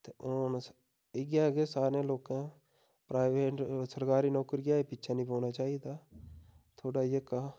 ते हून असें इ'यै कि सारें लोकें प्राइवेट सरकारी नौकरियै पिच्छै नेईं पौना चाहिदा थोह्ड़ा जेह्का